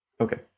okay